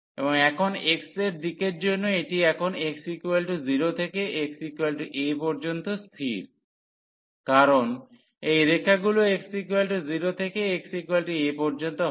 এবং এখন x এর দিকের জন্য এটি এখন x 0 থেকে xa পর্যন্ত স্থির কারণ এই রেখাগুলি x0 থেকে xa পর্যন্ত হয়